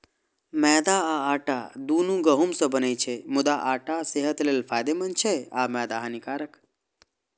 मैदा आ आटा, दुनू गहूम सं बनै छै, मुदा आटा सेहत लेल फायदेमंद छै आ मैदा हानिकारक